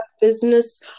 business